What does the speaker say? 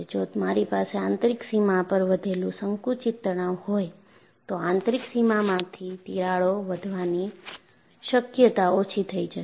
જો મારી પાસે આંતરિક સીમા પર વધેલુ સંકુચિત તણાવ હોય તો આંતરિક સીમામાંથી તિરાડો વધવાની શક્યતા ઓછી થઈ જશે